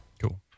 Cool